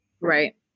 Right